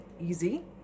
easy